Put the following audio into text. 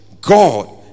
God